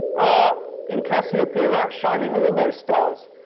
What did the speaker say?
ah in cassiopeia, outshining all those stars,